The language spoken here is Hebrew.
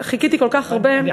חיכיתי כל כך הרבה, אז קצר.